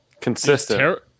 Consistent